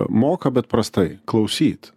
moka bet prastai klausyt